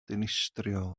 dinistriol